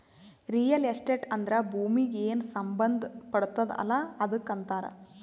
real estate ಅಂದ್ರ ಭೂಮೀಗಿ ಏನ್ ಸಂಬಂಧ ಪಡ್ತುದ್ ಅಲ್ಲಾ ಅದಕ್ ಅಂತಾರ್